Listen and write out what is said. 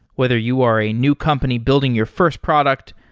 whether you are a new company building your first product,